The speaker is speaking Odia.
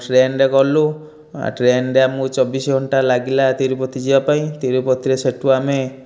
ଟ୍ରେନରେ ଗଲୁ ଟ୍ରେନରେ ଆମକୁ ଚବିଶ ଘଣ୍ଟା ଲାଗିଲା ତିରୁପତି ଯିବା ପାଇଁ ତିରୁପତିରେ ସେଇଠୁ ଆମେ